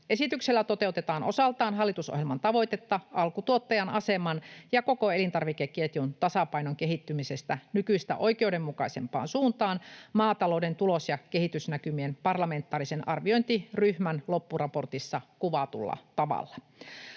Esityksellä toteutetaan osaltaan hallitusohjelman tavoitetta alkutuottajan aseman ja koko elintarvikeketjun tasapainon kehittymisestä nykyistä oikeudenmukaisempaan suuntaan maatalouden tulos- ja kehitysnäkymien parlamentaarisen arviointiryhmän loppuraportissa kuvaamalla tavalla.